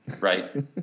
right